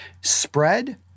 spread